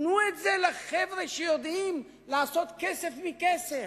תנו את זה לחבר'ה שיודעים לעשות כסף מכסף.